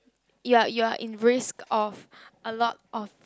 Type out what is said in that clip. you are you are in risk of a lot of